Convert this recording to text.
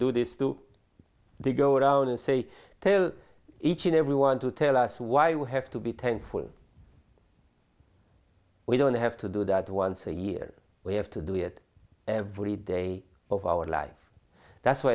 do this do they go around and say tell each and every one to tell us why we have to be thankful we don't have to do that once a year we have to do it every day of our life that's wh